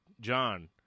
John